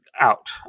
out